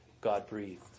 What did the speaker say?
God-breathed